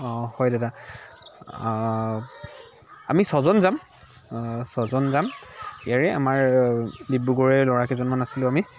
হয় দাদা আমি ছজন যাম ছজন যাম ইয়াৰে আমাৰ ডিব্ৰুগড়ৰে ল'ৰা কেইজনমান আছিলোঁ আমি